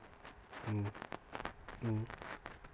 mm mm